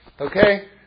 Okay